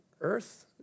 earth